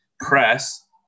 press